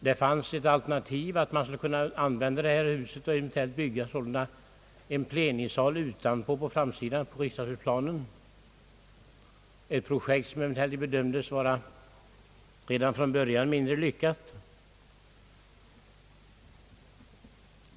Det förelåg ett alternativ enligt vilket man skulle använda det här huset och eventuellt bygga till en plenisal utanpå framsidan mot riksdagshusplanen, ett projekt som emellertid redan från början bedömdes vara mindre lyckat.